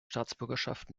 staatsbürgerschaft